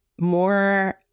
more